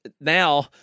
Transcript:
now